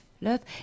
Love